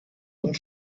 und